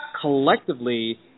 collectively